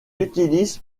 utilise